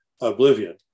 oblivion